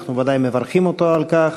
ואנחנו ודאי מברכים אותו על כך.